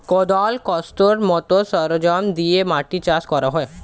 কোদাল, কাস্তের মত সরঞ্জাম দিয়ে মাটি চাষ করা হয়